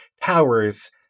powers